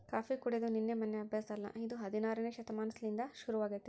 coffee ಕುಡೆದು ನಿನ್ನೆ ಮೆನ್ನೆ ಅಭ್ಯಾಸ ಅಲ್ಲ ಇದು ಹದಿನಾರನೇ ಶತಮಾನಲಿಸಿಂದ ಶುರುವಾಗೆತೆ